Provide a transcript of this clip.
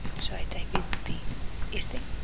so i type in the easting